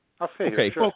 Okay